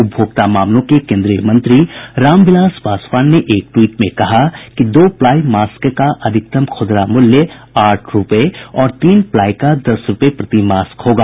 उपभोक्ता मामलों के केंद्रीय मंत्री रामविलास पासवान ने एक ट्वीट में कहा कि दो प्लाई मास्क का अधिकतम खुदरा मूल्य आठ रूपये और तीन प्लाई का दस रूपये प्रति मास्क होगा